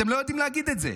אתם לא יודעים להגיד את זה.